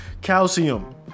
calcium